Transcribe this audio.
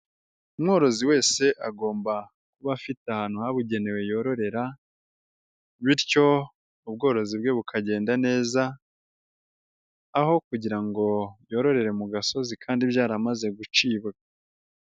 Umworozi wese agomba kuba afite ahantu habugenewe yororera bityo ubworozi bwe bukagenda neza, aho kugira ngo yororere mu gasozi kandi byaramaze gucibwa.